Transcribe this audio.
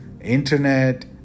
internet